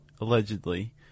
allegedly